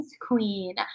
queen